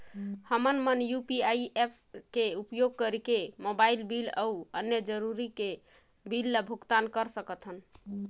हमन मन UPI apps के उपयोग करिके मोबाइल बिल अऊ अन्य जरूरत के बिल ल भुगतान कर सकथन